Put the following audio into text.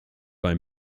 bei